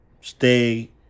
stay